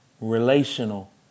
relational